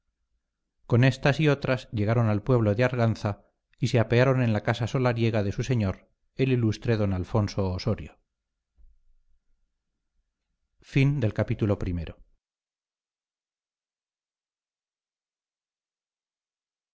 con éstas y otras llegaron al pueblo de arganza y se apearon en la casa solariega de su señor el ilustre don alonso ossorio